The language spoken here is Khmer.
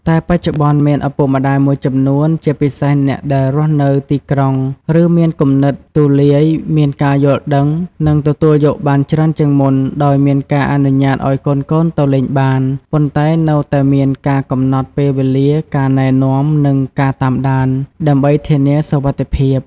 តែបច្ចុប្បន្នមានឪពុកម្តាយមួយចំនួន ជាពិសេសអ្នកដែលរស់នៅទីក្រុង ឬមានគំនិតទូលាយ មានការយល់ដឹង និងទទួលយកបានច្រើនជាងមុន ដោយមានការអនុញ្ញាតឱ្យកូនៗទៅលេងបាន ប៉ុន្តែនៅតែមាន ការកំណត់ ពេលវេលា ការណែនាំ និង ការតាមដាន ដើម្បីធានាសុវត្ថិភាព ។